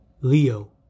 Leo